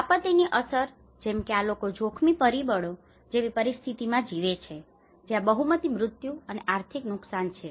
તેથી આપત્તિની અસર જેમ કે આ લોકો જોખમી પરિબળો જેવી પરિસ્થિતિમાં જીવે છે જ્યાં બહુમતી મૃત્યુ અને આર્થિક નુકસાન છે